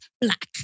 black